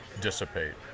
dissipate